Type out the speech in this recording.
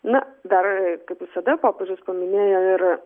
na dar kaip visada popiežius paminėjo ir